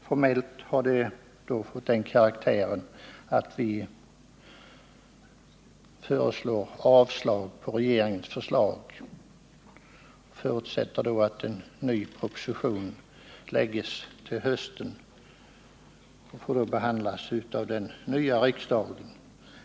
Formellt har det utformats så att finansutskottet avstyrker regeringens förslag och förutsätter att en ny proposition läggs fram till hösten. Den får då behandlas av den nya riksdagen.